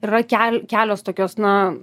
yra kel kelios tokios na